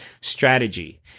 strategy